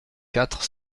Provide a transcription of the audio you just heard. quatre